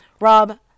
Rob